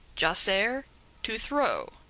jacere, to throw,